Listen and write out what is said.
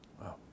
Wow